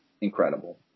incredible